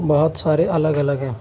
بہت سارے الگ الگ ہیں